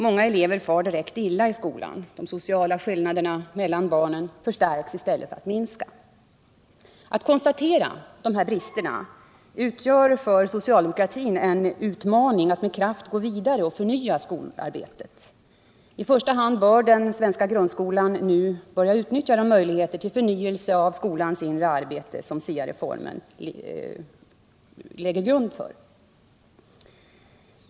Många elever far direkt illa i skolan. De sociala skillnaderna mellan barnen förstärks i stället för att minska. Att konstatera dessa brister utgör för socialdemokratin en utmaning att med kraft gå vidare med att förnya skolarbetet. I första hand bör den svenska 141 grundskolan nu börja utnyttja de möjligheter till förnyelse av skolans inre arbete som SIA-reformen lägger grunden för.